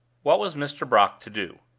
what was mr. brock to do?